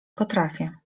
potrafię